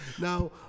Now